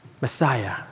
Messiah